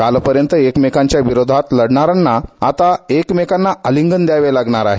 कालपर्यंत एकमेकाच्या विरोधात लढणाऱ्यांना आता एकमेकांना आलिंगन द्यावे लागणार आहे